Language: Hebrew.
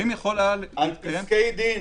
על פסקי דין.